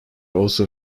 also